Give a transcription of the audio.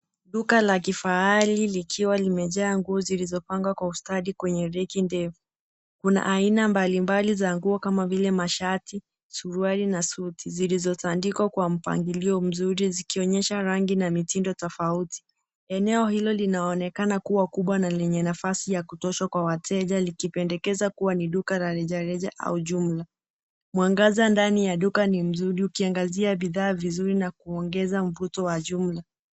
Dula la kifahari likiwa limejaa nguo zilizopangwa kwa ustadi kwenye reki ndefu. Kuna aina mbali mbali za nguo kama vile mashati, suruali, na suti, zilizotandikwa kwa mpangilio mzuri, zikionyesha rangi na mitindo tofauti. Eneo hilo linaonekana kua kubwa na lenye nafasi ya kutosha kwa wateja, likipendekeza kua ni duka la rejareja au jumla. Mwangaza ndani ya duka ni mzuri, ukiangazia bidhaa vizuri na kuongeza mvuto wa jumla.